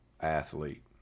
athlete